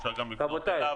אפשר גם לפנות אליו,